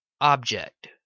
object